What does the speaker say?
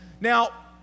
Now